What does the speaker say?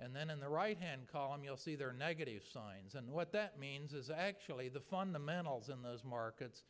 and then on the right hand column you'll see there are negative signs and what that means is actually the fundamentals in those markets